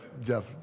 Jeff